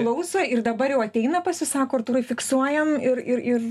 klauso ir dabar jau ateina pas jus sako artūrai fiksuojam ir ir ir